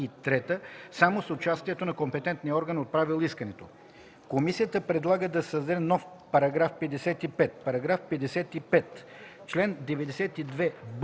само с участието на компетентния орган, отправил искането.” Комисията предлага да се създаде нов § 55: „§ 55. Член 92б